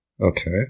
Okay